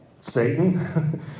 Satan